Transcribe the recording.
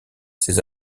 ces